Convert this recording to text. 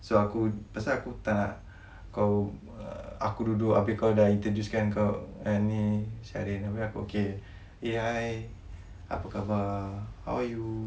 so aku pasal aku tak nak kau uh aku duduk abeh kau dah introduce kan kau eh ni eh hi apa khabar how are you